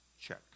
Check